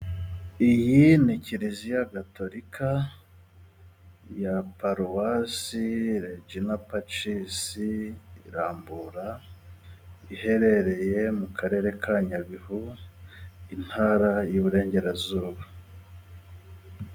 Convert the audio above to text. Iyi ni kiliziya gatolika ya paruwasi rejina pacisi rambura iherereye mu Karere ka Nyabihu, Intara y'Ububurengerazuba.